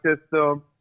system